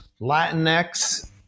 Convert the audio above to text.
latinx